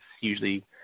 usually